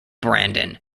brandon